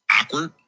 Awkward